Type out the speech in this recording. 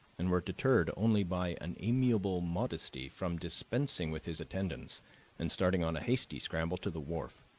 and were deterred only by an amiable modesty from dispensing with his attendance and starting on a hasty scramble to the wharf.